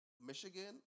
Michigan